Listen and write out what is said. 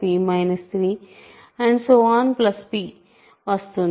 p వస్తుంది